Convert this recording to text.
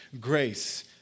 grace